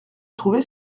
trouvait